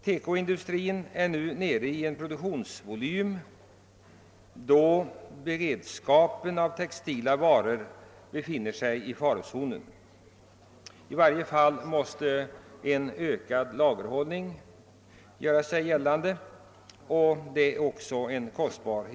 TEKO-industrin är nu nere i en så låg produktionsvolym att vår beredskap av textila varor befinner sig i farozonen. Vi måste i varje fall sätta in en ökad lagerhållning, vilket också ställer sig kostsamt.